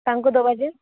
ତାଙ୍କୁ ଦବା ଯେ